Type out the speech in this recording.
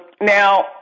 now